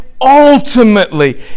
ultimately